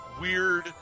weird